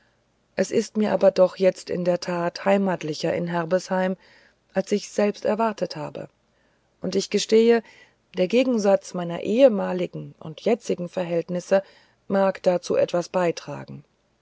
es ist mir aber doch jetzt in der tat heimatlicher in herbesheim als ich selbst erwartet habe und ich gestehe der gegensatz meiner ehemaligen und jetzigen verhältnisse mag dazu etwas beitragen